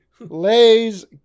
Lays